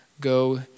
Go